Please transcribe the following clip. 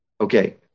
Okay